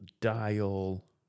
dial